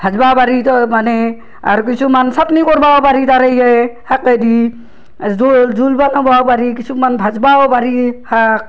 ভাজিব পাৰি ত' মানে আৰ কিছুমান চাটনী কৰিবও পাৰি তাৰেয়ে শাকেদি জোল জোল বনাব পাৰি কিছুমান ভাজিবও পাৰি শাক